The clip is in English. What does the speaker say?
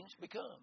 become